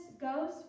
goes